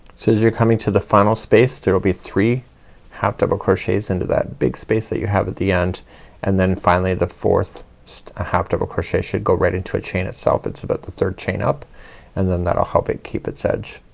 so as you're coming to the final space there will be three half double crochets into that big space that you have at the end and then finally the fourth so half double crochet should go right into a chain itself. it's about the third chain up and then that'll help it keep its edge.